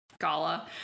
gala